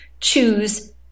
choose